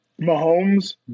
Mahomes